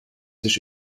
sich